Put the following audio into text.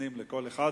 שנותנים לכל אחד